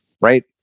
Right